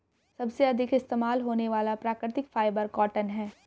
सबसे अधिक इस्तेमाल होने वाला प्राकृतिक फ़ाइबर कॉटन है